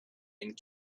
and